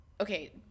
okay